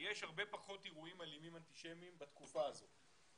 יש הרבה פחות אירועים אלימים אנטישמיים אבל זה